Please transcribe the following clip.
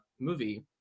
movie